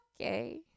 okay